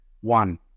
one